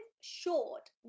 short